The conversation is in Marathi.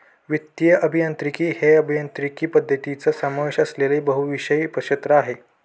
वित्तीय अभियांत्रिकी हे अभियांत्रिकी पद्धतींचा समावेश असलेले बहुविषय क्षेत्र आहे